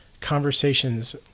conversations